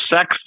Sex